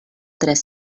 tres